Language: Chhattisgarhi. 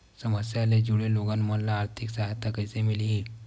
समस्या ले जुड़े लोगन मन ल आर्थिक सहायता कइसे मिलही?